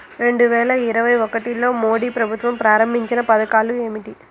రెండు వేల ఇరవై ఒకటిలో మోడీ ప్రభుత్వం ప్రారంభించిన పథకాలు ఏమిటీ?